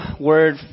word